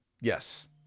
Yes